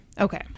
Okay